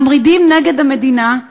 ממרידים נגד המדינה,